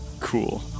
Cool